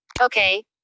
Okay